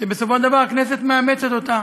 שבסופו של דבר הכנסת מאמצת אותה.